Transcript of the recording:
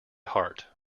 heart